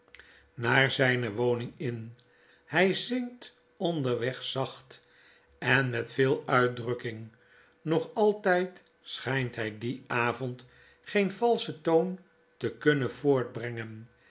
naar zflne woning in hfl zingt onderweg zacht en met veel uitdrukking nog altfld schflnt hij dien avond geen valschen toon te kunnen voortbrengen